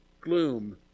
gloom